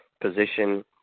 position